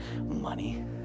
money